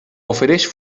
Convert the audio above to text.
ofereix